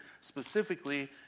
specifically